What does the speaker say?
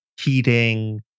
heating